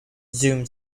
zoom